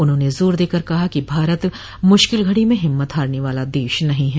उन्होंने जोर देकर कहा कि भारत मुश्किल घड़ी में हिम्मत हारने वाला देश नहीं है